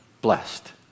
blessed